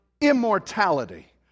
immortality